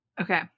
Okay